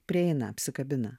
prieina apsikabina